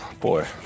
Boy